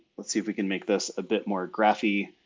let's see if we can make this a bit more graphy.